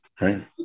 Right